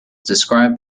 described